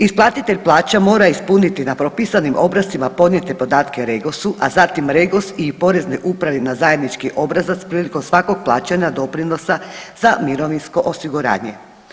Isplatitelj plaća mora ispuniti na propisanim obrascima podnijete podatke REGOS-u, a zatim REGOS i Poreznoj upravi na zajednički obrazac prilikom svakog plaćanja doprinosa za mirovinsko osiguranje.